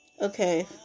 Okay